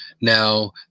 Now